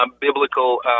biblical